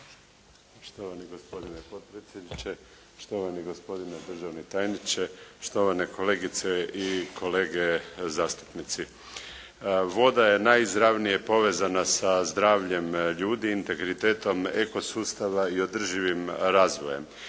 Štovani gospodine potpredsjedniče, štovani gospodine državni tajniče, štovane kolegice i kolege zastupnici. Voda je najizravnije povezana sa zdravljem ljudi, integritetom eko-sustava i održivim razvojem